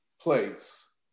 place